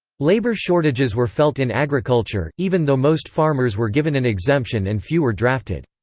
labor shortages were felt in agriculture, even though most farmers were given an exemption and few were drafted.